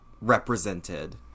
represented